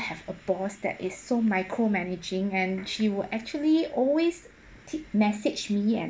have a boss that is so micro managing and she would actually always t~ message me and